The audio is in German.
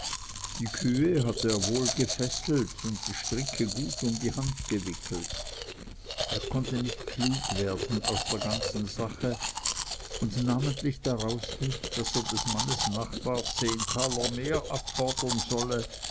die kühe hatte er wohl gefesselt und die stricke gut um die hand gewickelt er konnte nicht klug werden aus der ganzen sache und namentlich daraus nicht daß er des mannes nachbar zehn taler mehr abfordern solle